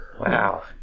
Wow